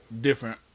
different